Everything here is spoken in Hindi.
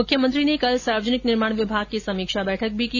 मुख्यमंत्री ने कल सार्वजनिक निर्माण विभाग की समीक्षा बैठक भी की